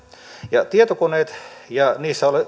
ja tietokoneet ja niissä